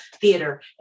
theater